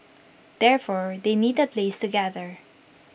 therefore they need A place to gather